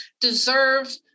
deserve